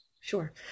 Sure